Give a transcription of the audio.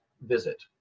visit